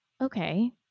okay